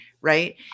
right